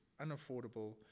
unaffordable